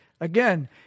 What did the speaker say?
Again